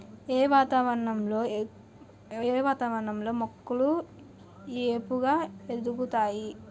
ఏ వాతావరణం లో మొక్కలు ఏపుగ ఎదుగుతాయి?